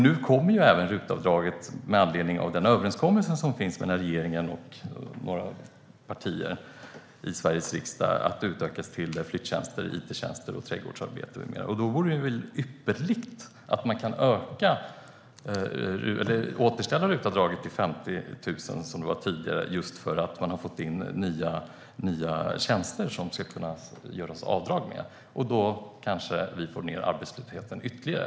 Nu kommer RUT-avdraget, med anledning av den överenskommelse som finns mellan regeringen och några partier i Sveriges riksdag, att utökas till flyttjänster, it-tjänster och trädgårdsarbete. Då vore det väl ypperligt om man kunde återställa RUT-avdraget till 50 000, som det var tidigare, just för att man har fått in nya tjänster som det ska kunna göras avdrag för. Då kanske vi får ned arbetslösheten ytterligare.